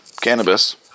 cannabis